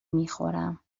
میخورم